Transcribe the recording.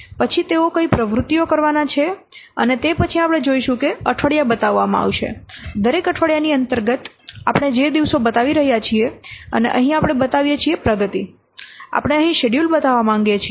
પછી તેઓ કઈ પ્રવૃત્તિઓ કરવાના છે અને પછી આપણે જોઈશું કે અઠવાડિયા બતાવવામાં આવશે દરેક અઠવાડિયાની અંતર્ગત આપણે જે દિવસો બતાવી રહ્યા છીએ અને અહીં આપણે બતાવીએ છીએ પ્રગતિ આપણે અહીં શેડ્યૂલ બતાવવા માંગીએ છીએ